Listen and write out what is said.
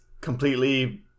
completely